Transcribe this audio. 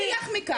אתה תלך מכאן...